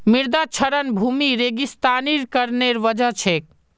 मृदा क्षरण भूमि रेगिस्तानीकरनेर वजह छेक